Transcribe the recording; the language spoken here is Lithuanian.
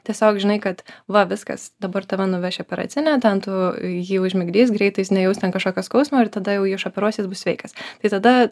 tiesiog žinai kad va viskas dabar tave nuveš į operacinę ten tu jį užmigdys greitai jis nejaus ten kažkokio skausmo ir tada jau jį išoperuos jis bus sveikas tai tada